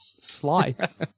slice